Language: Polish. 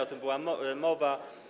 O tym była mowa.